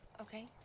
okay